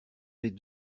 les